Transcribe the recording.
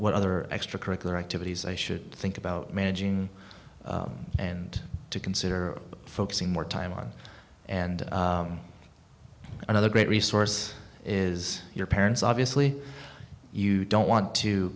what other extracurricular activities i should think about managing and to consider focusing more time on and another great resource is your parents obviously you don't want to